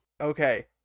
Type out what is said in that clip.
Okay